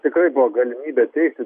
tikrai buvo galimybė teikti